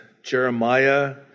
Jeremiah